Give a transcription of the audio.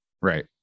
Right